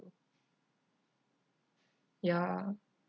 ya